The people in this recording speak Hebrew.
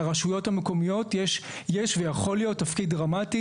לרשויות המקומיות יש ויכול להיות תפקיד דרמטי